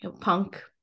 punk